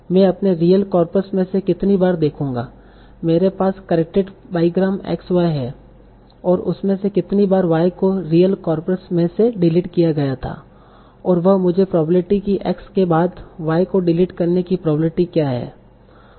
मैं अपनी real corpus में में कितनी बार देखूंगा मेंरे पास करेक्टेड बाईग्राम x y है और उसमे से कितनी बार y को रियल कार्पस में से डिलीट किया गया था और वह मुझे प्रोबेब्लिटी कि x के बाद y को डिलीट करने की प्रोबेब्लिटी क्या है